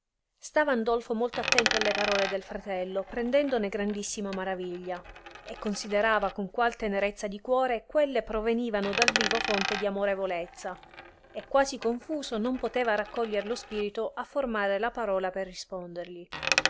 stava andolfo molto attento alle parole del fratello prendendone grandissima maraviglia e considerava con qual tenerezza di cuore quelle provenivano dal vivo fonte di amorevolezza e quasi confuso non poteva raccoglier lo spirito a formare la parola per rispondergli